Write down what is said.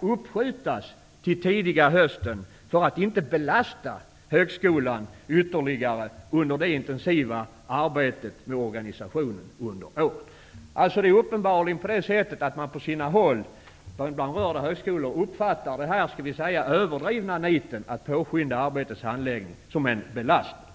uppskjutas till tidiga hösten 93 för att inte belasta högskolan ytterligare under det intensiva arbetet med organisationen under våren.'' Det är uppenbart så att bland berörda högskolor uppfattas denna överdrivna nit att påskynda arbetets handläggning som en belastning.